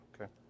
Okay